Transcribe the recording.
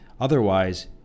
Otherwise